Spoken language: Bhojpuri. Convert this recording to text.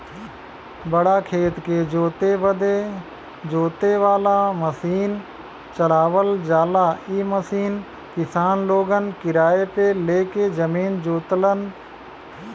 बड़ा खेत के जोते बदे जोते वाला मसीन चलावल जाला इ मसीन किसान लोगन किराए पे ले के जमीन जोतलन